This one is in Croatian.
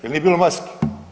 Jer nije bilo maski.